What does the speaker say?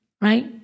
Right